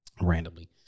randomly